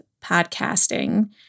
podcasting